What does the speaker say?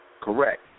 Correct